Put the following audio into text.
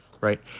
right